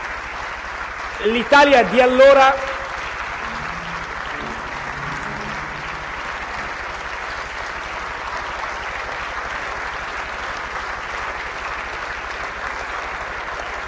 L'Italia di allora